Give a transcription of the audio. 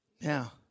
now